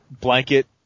blanket